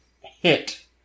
hit